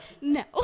no